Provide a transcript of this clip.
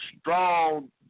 strong